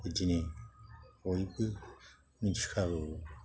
बिदिनो बयबो मिथिखागौ